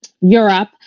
Europe